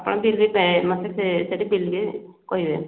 ଆପଣ ପେ ମୋତେ ସେ ସେଠି କହିବେ